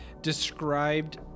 described